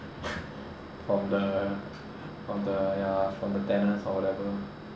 from the from the ya from the tenants or whatever